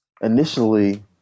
initially